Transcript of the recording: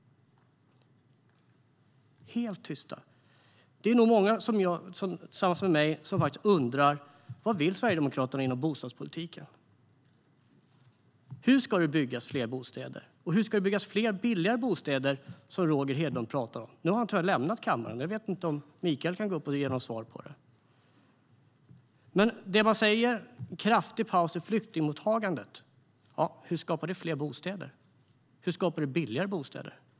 Det är nog många med mig som undrar vad Sverigedemokraterna vill inom bostadspolitiken. Hur ska det byggas fler bostäder? Hur ska det byggas fler billiga bostäder som Roger Hedlund pratar om? Nu har han lämnat kammaren, men kanske Mikael Eskilandersson kan gå upp och ge ett svar på det. Man talar om en kraftig paus i flyktingmottagandet, men hur skapar det fler bostäder? Hur skapar det billigare bostäder?